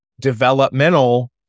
developmental